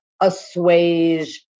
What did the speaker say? assuage